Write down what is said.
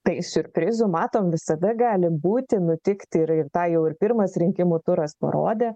tai siurprizų matom visada gali būti nutikti ir ir tą jau ir pirmas rinkimų turas parodė